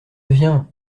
vient